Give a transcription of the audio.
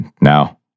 now